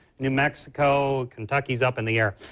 new mexico, kentucky is up in the air.